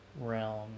realm